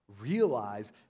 Realize